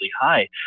high